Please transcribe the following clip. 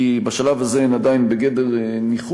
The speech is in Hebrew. כי בשלב הזה הן עדיין בגדר ניחוש,